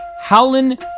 Howlin